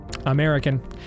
American